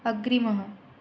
अग्रिमः